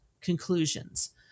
conclusions